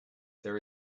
there